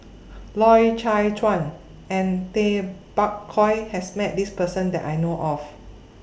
Loy Chye Chuan and Tay Bak Koi has Met This Person that I know of